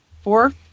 four